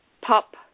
pop